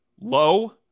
low